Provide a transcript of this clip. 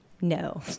no